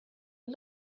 you